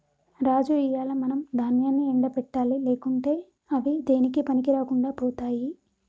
రాజు ఇయ్యాల మనం దాన్యాన్ని ఎండ పెట్టాలి లేకుంటే అవి దేనికీ పనికిరాకుండా పోతాయి